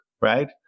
right